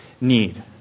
need